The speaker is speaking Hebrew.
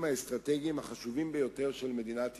האסטרטגים החשובים ביותר של מדינת ישראל.